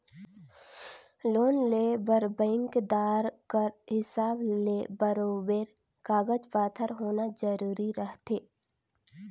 loan लेय बर बेंकदार कर हिसाब ले बरोबेर कागज पाथर होना जरूरी रहथे